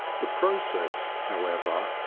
the process, however,